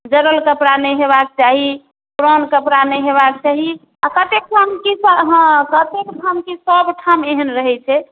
जरल कपड़ा नहि होयबाक चाही पुरान कपड़ा नहि होयबाक चाही आ कते ठाम तऽ की हँ कते ठाम की सब ठाम एहन रहैत छै